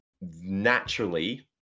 naturally